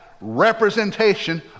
representation